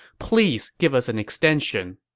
please give us an extension.